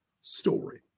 story